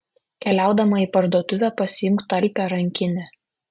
keliaudama į parduotuvę pasiimk talpią rankinę